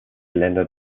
länder